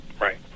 Right